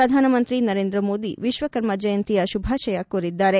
ಪ್ರಧಾನಮಂತ್ರಿ ನರೇಂದ್ರ ಮೋದಿ ವಿಶ್ವಕರ್ಮ ಜಯಂತಿಯ ಶುಭಾಶಯ ಕೋರಿದ್ದಾರೆ